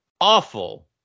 awful